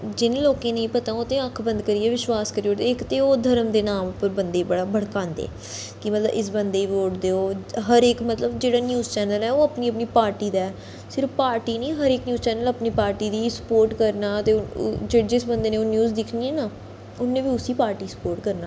जिनें लोके नेईं पता ओह् ते अक्ख बंद करियै बी बिश्वास करी ओड़दे इक ते ओह् धर्म दे नांऽ उप्पर बंदे बड़ा भड़कांदे कि मतलब इस बंदे वोट देओ हर इक मतलब जेहड़ा न्यूज चैनल ऐ ओह् अपनी अपनी पार्टी दा सिर्फ पार्टी नेईं हर इक न्यूज चैनल अपनी पार्टी गी स्पोर्ट करना ते जिस बंदे ने ओह् न्यूज दिक्खनी ना उन्नै बी उसी पार्टी गी स्पोर्ट करना